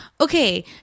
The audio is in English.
okay